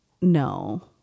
No